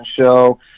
show